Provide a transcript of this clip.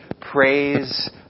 praise